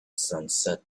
sunset